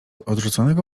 odrzuconego